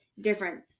different